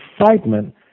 excitement